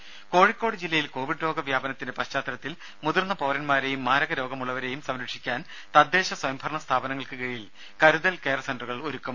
രുമ കോഴിക്കോട് ജില്ലയിൽ കോവിഡ് രോഗ വ്യാപനത്തിന്റെ പശ്ചാത്തലത്തിൽ മുതിർന്ന പൌരന്മാരെയും മാരക രോഗങ്ങളുള്ളവരേയും സംരക്ഷിക്കാൻ തദ്ദേശസ്വയംഭരണ സ്ഥാപനങ്ങൾക്ക് കീഴിൽ കരുതൽ കെയർ സെന്ററുകൾ ഒരുക്കും